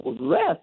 Rest